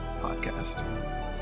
Podcast